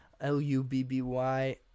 L-U-B-B-Y